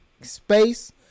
space